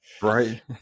Right